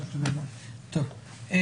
(היו"ר גלעד קריב) טוב,